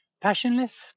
passionless